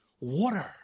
Water